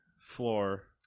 Floor